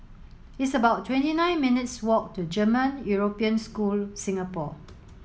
it's about twenty nine minutes' walk to German European School Singapore